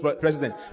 president